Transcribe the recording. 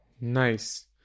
Nice